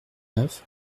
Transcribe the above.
neuf